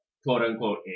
quote-unquote